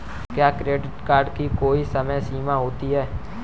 क्या credit card की कोई समय सीमा होती है?